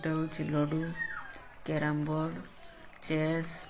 ଗୋଟେ ହେଉଛି ludo carrom board chess